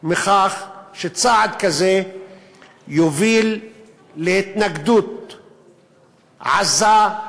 מכך שצעד כזה יוביל להתנגדות עזה,